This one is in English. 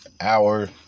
hour